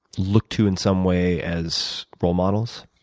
look to in some way as role models?